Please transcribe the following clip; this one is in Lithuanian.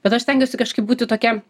bet aš stengiuosi kažkaip būti tokia